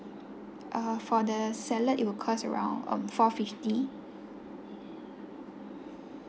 uh for the salad it will cost around um four fifty